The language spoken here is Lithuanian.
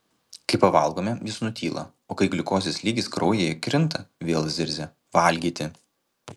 kai pavalgome jis nutyla o kai gliukozės lygis kraujyje krinta vėl zirzia valgyti